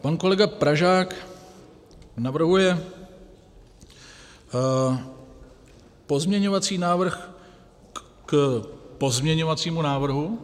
Pan kolega Pražák navrhuje pozměňovací návrh k pozměňovacímu návrhu.